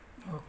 Okay